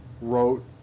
wrote